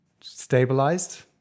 stabilized